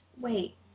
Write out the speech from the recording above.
wait